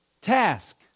task